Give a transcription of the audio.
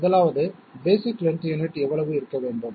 1வது basic length unit எவ்வளவு இருக்க வேண்டும்